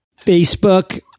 Facebook